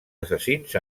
assassins